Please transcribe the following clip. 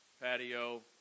Patio